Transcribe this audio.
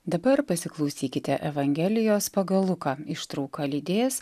dabar pasiklausykite evangelijos pagal luką ištrauką lydės